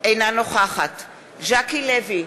אינה נוכחת ז'קי לוי,